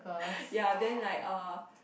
ya then like err